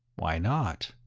why not?